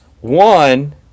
One